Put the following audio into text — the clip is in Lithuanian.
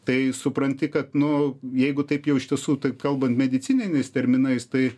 tai supranti kad nu jeigu taip jau iš tiesų taip kalbant medicininiais terminais tai